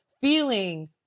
feeling